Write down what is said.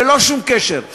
ללא שום קשר,